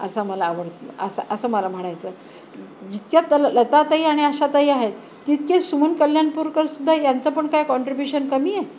असं मला आवड असं असं मला म्हणायचं जितक्या त ल लताताई आणि आशाताई आहेत तितके सुमून कल्याणपूरकर सुद्धा यांचं पण काय कॉन्ट्रीब्युशन कमी आहे